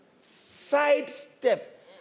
sidestep